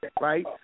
right